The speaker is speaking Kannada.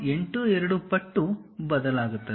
82 ಪಟ್ಟು ಬದಲಾಗುತ್ತದೆ